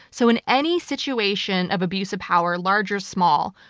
so in any situation of abuse of power, large or small,